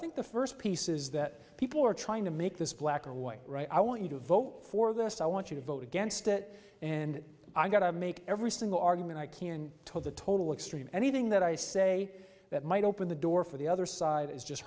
think the first piece is that people are trying to make this black or white right i want you to vote for this i want you to vote against it and i'm going to make every single argument i can tell the total extreme anything that i say that might open the door for the other side is just